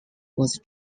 was